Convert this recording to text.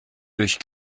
durch